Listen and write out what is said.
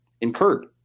incurred